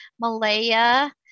Malaya